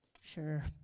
Sure